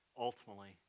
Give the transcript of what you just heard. ultimately